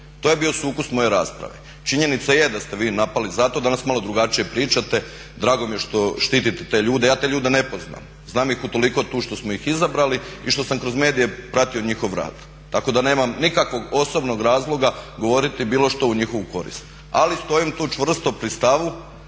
To je bio sukus moje rasprave. Činjenica je da ste vi napali zato, danas malo drugačije pričate. Drago mi je što štitite te ljude. Ja te ljude ne poznam. Znam ih utoliko tu što smo ih izabrali i što sam kroz medije pratio njihov rad, tako da nemam nikakvog osobnog razloga govoriti bilo što u njihovu korist. Ali stojim tu čvrsto pri stavu